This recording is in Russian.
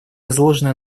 изложены